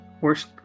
worst